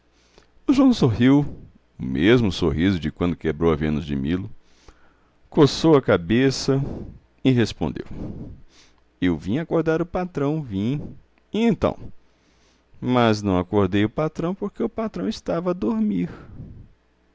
joão sorriu o mesmo sorriso de quando quebrou a vênus de milo coçou a cabeça e respondeu eu vim acordar o patrão vim e então mas não acordei o patrão porque o patrão estava a dormir